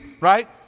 right